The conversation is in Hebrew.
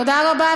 תודה רבה,